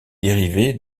dérivée